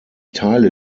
teile